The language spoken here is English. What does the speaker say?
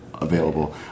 available